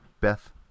beth